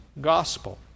gospel